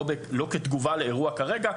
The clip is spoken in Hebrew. לא כתגובה לאירוע כרגע.